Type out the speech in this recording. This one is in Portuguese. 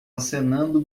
acenando